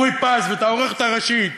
את אורי פז ואת העורכת הראשית,